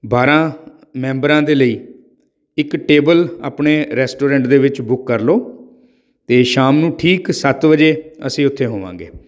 ਬਾਰ੍ਹਾਂ ਮੈਂਬਰਾਂ ਦੇ ਲਈ ਇੱਕ ਟੇਬਲ ਆਪਣੇ ਰੈਸਟੋਰੈਂਟ ਦੇ ਵਿੱਚ ਬੁੱਕ ਕਰ ਲਓ ਅਤੇ ਸ਼ਾਮ ਨੂੰ ਠੀਕ ਸੱਤ ਵਜੇ ਅਸੀਂ ਉੱਥੇ ਹੋਵਾਂਗੇ